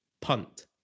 punt